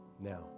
now